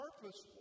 purpose